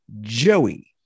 Joey